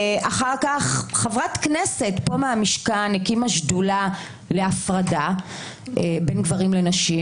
אחר כך חברת כנסת פה מהמשכן הקימה שדולה להפרדה בין גברים לנשים,